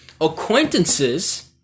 acquaintances